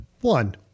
One